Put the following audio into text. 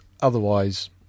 otherwise